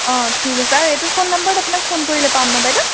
অঁ ঠিক আছে আৰু এইটো ফোন নাম্বাৰত আপোনাক ফোন কৰিলে পাম ন বাইদেউ